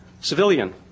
civilian